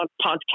podcast